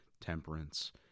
temperance